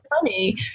funny